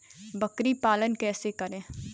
बकरी पालन कैसे करें?